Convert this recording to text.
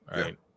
right